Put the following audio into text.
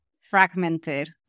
fragmented